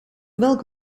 welk